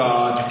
God